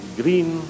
green